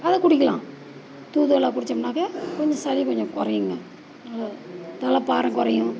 நல்லா குடிக்கலாம் தூதுவளை குடித்தோம்னாக்கா கொஞ்சம் சளி கொஞ்சம் குறையுங்க அவ்வளோதான் தலை பாரம் குறையும்